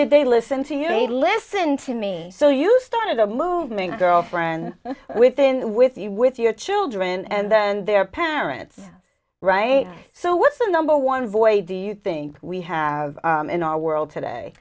did they listen to you need listen to me so you started a movement girlfriend with and with you with your children and their parents right so what's the number one boy do you think we have in our world today